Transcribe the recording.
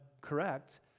correct